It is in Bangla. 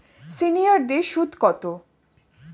সিনিয়ারদের সুদ কত?